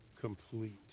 complete